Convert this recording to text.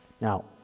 Now